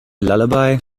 lullaby